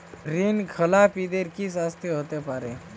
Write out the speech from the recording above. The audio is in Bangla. ঋণ খেলাপিদের কি শাস্তি হতে পারে?